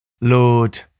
Lord